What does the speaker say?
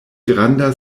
granda